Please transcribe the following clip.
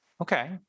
Okay